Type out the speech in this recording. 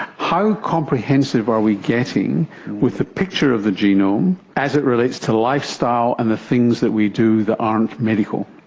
how comprehensive are we getting with the picture of the genome as it relates to lifestyle and the things that we do that aren't medical?